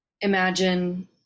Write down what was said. imagine